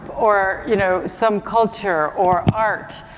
or you know some culture, or art,